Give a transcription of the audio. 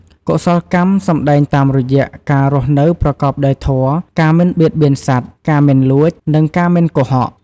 កុសលកម្មសម្តែងតាមរយះ ការរស់នៅប្រកបដោយធម៌ ការមិនបៀតបៀនសត្វ ការមិនលួច និងការមិនកុហក។